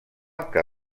que